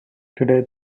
today